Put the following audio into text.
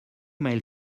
male